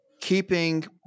keeping